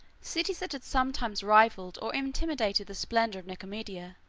cities that had sometimes rivalled, or imitated, the splendor of nicomedia,